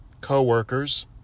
co-workers